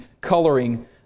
coloring